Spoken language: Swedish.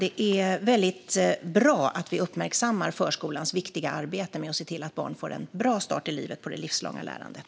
Det är bra att vi uppmärksammar förskolans viktiga arbete med att se till att barn får en bra start i livet när det gäller det livslånga lärandet.